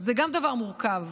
זה גם דבר מורכב,